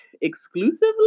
exclusively